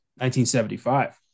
1975